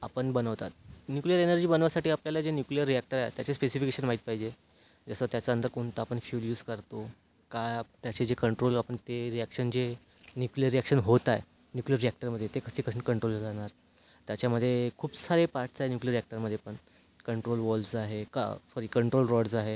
आपण बनवतात nuclear energy बनवायसाठी आपल्याला जे न्यूक्लिअर रिअॅक्टर आहे त्याचे स्पेसिफिकेशन माहीत पाहिजे जसं त्याच्या अंदर कोणता पण फ्यूल यूज करतो का त्याचे जे कंट्रोल आपण ते रिअॅक्शन जे न्यूक्लिअर रिअॅक्शन होत आहे न्यूक्लिअर रिअॅक्टरमध्ये ते कसे कसंन कंट्रोल राहणार त्याच्यामध्ये खूप सारे पार्ट्स आहे न्यूक्लिअर रिअॅक्टरमध्ये पण कंट्रोल वॉल्स आहे का सॉरी कंट्रोल रॉड्ज आहे